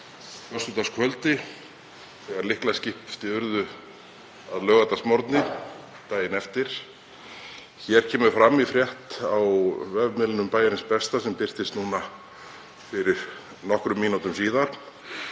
föstudagskvöldi en lyklaskipti urðu á laugardagsmorgni, daginn eftir. Hér kemur fram í frétt á vefmiðlinum Bæjarins besta sem birtist núna fyrir nokkrum mínútum síðan